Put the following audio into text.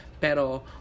Pero